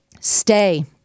stay